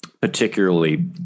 particularly